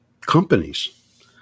companies